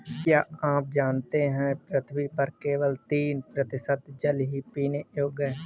क्या आप जानते है पृथ्वी पर केवल तीन प्रतिशत जल ही पीने योग्य है?